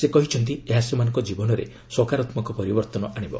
ସେ କହିଛନ୍ତି ଏହା ସେମାନଙ୍କ ଜୀବନରେ ସକାରାତ୍ମକ ପରିବର୍ତ୍ତନ ଆଶିବ